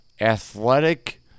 athletic